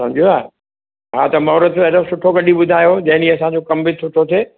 सम्झो था हा त मोहरत हेॾो सुठो कढी ॿुधायो जैं ॾींहुं असांजो कमु बि सुठो थिए